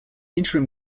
interim